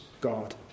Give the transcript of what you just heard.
God